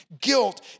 guilt